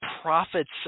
profits